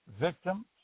victims